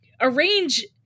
arrange